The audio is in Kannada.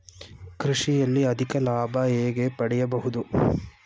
ಕೃಷಿಯಲ್ಲಿ ಅಧಿಕ ಲಾಭ ಹೇಗೆ ಪಡೆಯಬಹುದು?